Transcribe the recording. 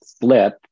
flip